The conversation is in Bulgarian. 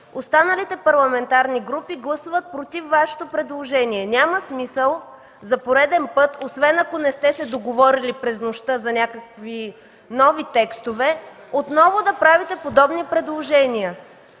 останалите парламентарни групи гласуват против Вашето предложение. Няма смисъл за пореден път, освен ако не сте се договорили през нощта за някакви нови текстове, отново да правите подобни предложения.